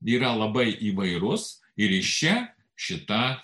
yra labai įvairus ir iš čia šita